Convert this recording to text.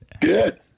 Good